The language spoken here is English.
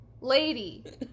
lady